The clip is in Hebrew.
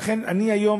לכן אני מביא היום